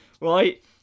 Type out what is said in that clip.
Right